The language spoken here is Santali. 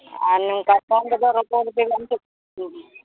ᱟᱨ ᱱᱚᱝᱠᱟ ᱯᱷᱳᱱ ᱨᱮᱫᱚ ᱨᱚᱯᱚᱲ ᱛᱤᱱᱟᱹᱜ ᱮᱢ ᱛᱷᱩᱛᱤᱭᱟ